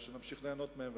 ושנמשיך ליהנות מהם,